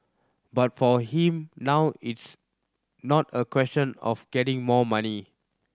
but for him now it's not a question of getting more money